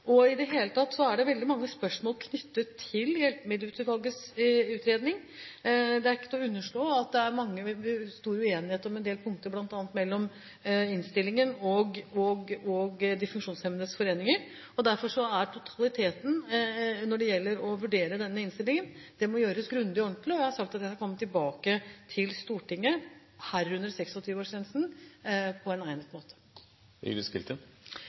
og i det hele tatt er det veldig mange spørsmål knyttet til Hjelpemiddelutvalgets utredning. Det er ikke til å underslå at det er stor uenighet om en del punkter, bl.a. mellom innstillingen og de funksjonshemmedes foreninger. Derfor er totaliteten når det gjelder å vurdere denne innstillingen, at det må gjøres grundig og ordentlig, og jeg har sagt at jeg skal komme tilbake til Stortinget – herunder om 26-årsgrensen – på en egnet måte.